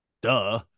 duh